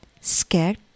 scared